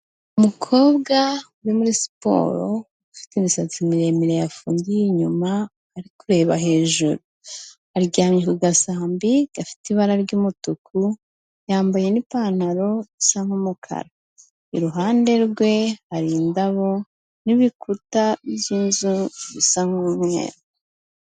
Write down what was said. Umukobwa uri muri siporo ufite imisatsi miremire yafungiye inyuma ariba hejuru, aryamye ku gasambi gafite ibara ry'umutuku yambaye n'ipantaro isa nk'umukara, iruhande rwe hari indabo n'ibikuta by'inzu bisa nk'umweru.